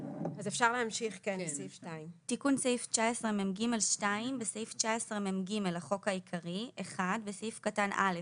אפשר להמשיך לסעיף 2. תיקון סעיף 19מג 2. בסעיף 19מג לחוק העיקרי (1)בסעיף קטן (א),